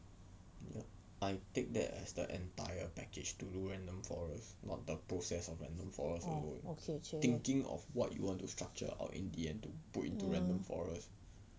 orh okay !chey! ya